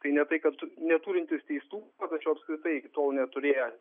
tai ne tai kad tu neturintys teistumo tačiau apskritai iki tol neturėję